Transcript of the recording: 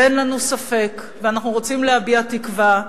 אין לנו ספק, ואנחנו רוצים להביע תקווה,